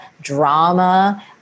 drama